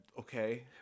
Okay